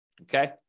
okay